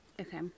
Okay